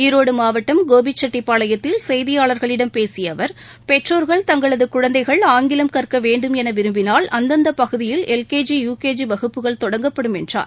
ஈரோடு மாவட்டம் கோபிசெட்டிப்பாளையத்தில் செய்தியாளர்களிடம் பேசிய அவர் பெற்றோர்கள் தங்களது குழந்தைகள் ஆங்கிலம் கற்க வேண்டும் என விரும்பினால் அந்தந்த பகுதியில் L K G U K G வகுப்புகள் தொடங்கப்படும் என்றார்